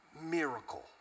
miracle